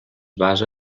basa